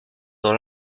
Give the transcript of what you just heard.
dans